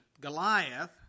Goliath